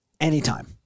anytime